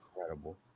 incredible